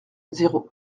zéro